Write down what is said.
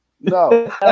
no